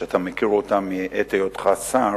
שאתה מכיר אותה מעת היותך שר,